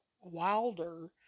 Wilder